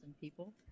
people